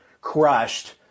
crushed